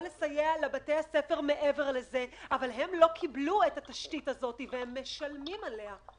הילדים לא קיבלו את התשתית שההורים שילמו עליה.